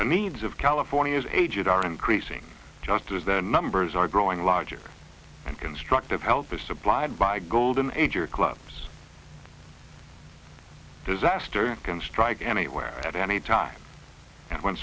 the needs of california's aged are increasing just as the numbers are growing larger and constructive help is supplied by golden age or clubs disaster can strike anywhere at any time and when